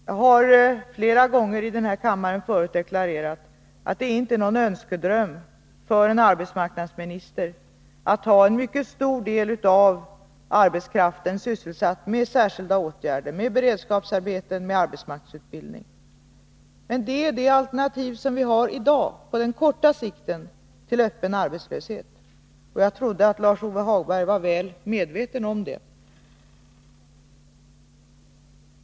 Jag har flera gånger förut i denna kammare deklarerat att det inte är någon önskedröm för en arbetsmarknadsminister att ha en mycket stor del av arbetskraften sysselsatt med särskilda åtgärder, med beredskapsarbeten, med arbetsmarknadsutbildning. Men det är det alternativ som vi har i dag på kort sikt till öppen arbetslöshet. Jag trodde att Lars-Ove Hagberg var väl medveten om det.